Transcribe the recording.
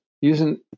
using